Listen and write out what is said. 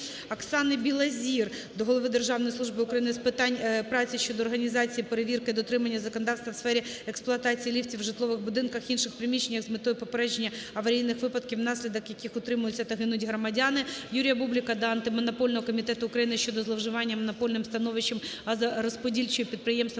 Оксани Білозір до голови Державної служби України з питань праці щодо організації перевірки дотримання законодавства у сфері експлуатації ліфтів у житлових будинках, інших приміщеннях з метою попередження аварійних випадків, внаслідок яких травмуються та гинуть громадяни. Юрія Бублика до Антимонопольного комітету України щодо зловживання монопольним становищем газорозподільчого підприємства